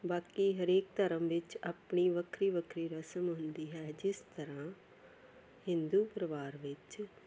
ਬਾਕੀ ਹਰੇਕ ਧਰਮ ਵਿੱਚ ਆਪਣੀ ਵੱਖਰੀ ਵੱਖਰੀ ਰਸਮ ਹੁੰਦੀ ਹੈ ਜਿਸ ਤਰਾਂ ਹਿੰਦੂ ਪਰਿਵਾਰ ਵਿੱਚ